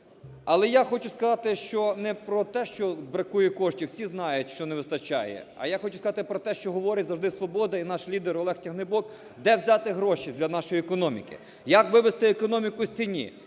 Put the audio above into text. Але я хочу сказати, що не про те, що бракує коштів. Всі знають, що не вистачає. А я хочу сказати про те, що говорить завжди "Свобода" і наш лідер Олег Тягнибок: де взяли гроші для нашої економіки, як вивести економіку з тіні,